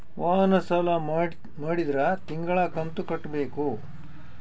ವಾಹನ ಸಾಲ ಮಾಡಿದ್ರಾ ತಿಂಗಳ ಕಂತು ಕಟ್ಬೇಕು